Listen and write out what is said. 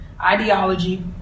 ideology